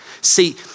See